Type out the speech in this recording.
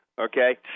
Okay